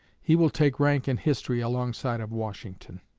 he will take rank in history alongside of washington.